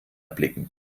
erblicken